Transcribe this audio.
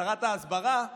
שרת ההסברה,